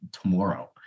tomorrow